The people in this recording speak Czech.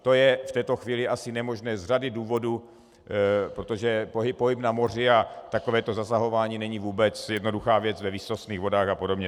To je v této chvíli asi nemožné z řady důvodů, protože pohyb na moři a zasahování není vůbec jednoduchá věc ve výsostných vodách a podobně.